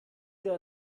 der